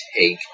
take